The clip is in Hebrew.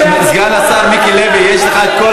לנכים הם לא